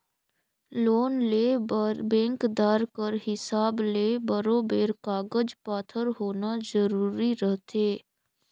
loan लेय बर बेंकदार कर हिसाब ले बरोबेर कागज पाथर होना जरूरी रहथे